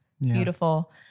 beautiful